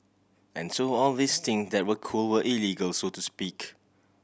and so all these thing that were cool were illegal so to speak